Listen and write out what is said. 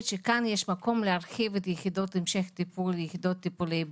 חשוב לנו שמטופלים יקבלו את הטיפול הטוב